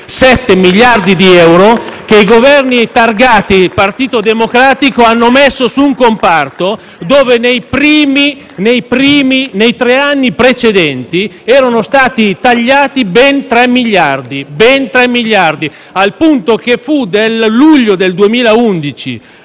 miliardi di euro che i Governi targati Partito Democratico hanno messo su un comparto sul quale, nei tre anni precedenti, erano stati tagliati: ben tre miliardi! Al punto che risale al luglio del 2011